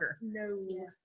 No